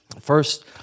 First